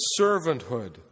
servanthood